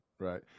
Right